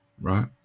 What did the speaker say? right